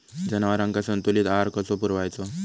जनावरांका संतुलित आहार कसो पुरवायचो?